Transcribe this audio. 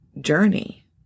journey